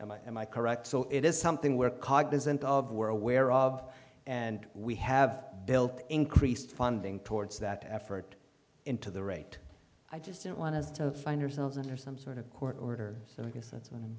and i am i correct so it is something we're cognizant of we're aware of and we have built increased funding towards that effort into the rate i just don't want us to find ourselves in there some sort of court order so i guess that's wh